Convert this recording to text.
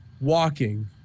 walking